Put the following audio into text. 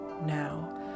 now